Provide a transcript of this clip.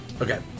Okay